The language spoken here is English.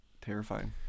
terrifying